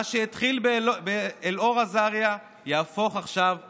מה שהתחיל באלאור אזריה יהפוך עכשיו למדיניות".